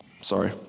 Sorry